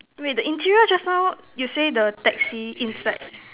wait the interior just now you say the taxi inside